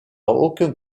aucun